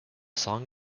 song